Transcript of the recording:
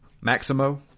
Maximo